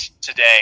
today